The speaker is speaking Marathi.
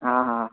हां हां